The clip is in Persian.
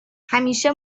همیشه